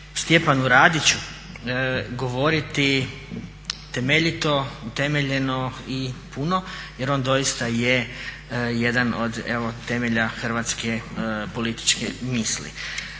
Stjepanu Radiću govoriti temeljito, utemeljeno i puno jer on doista je jedan od evo temelja hrvatske političke misli.